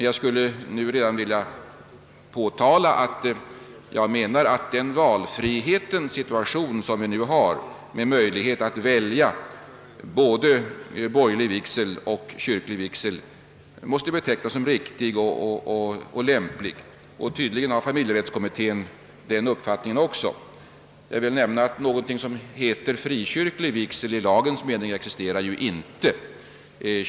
Jag skulle emellertid redan nu vilja framhålla att nuvarande ordning med möjlighet att välja både borgerlig och kyrklig vigsel måste betecknas som riktig och lämplig. Tydligen har även familjerättskommittén den uppfattningen. Något som heter frikyrklig vigsel existerar inte i lagens mening.